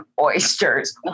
oysters